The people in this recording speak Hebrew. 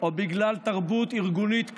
או בגלל תרבות ארגונית קלוקלת,